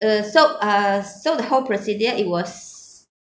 uh so uh so the whole procedure it was